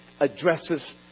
addresses